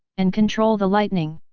and control the lightning.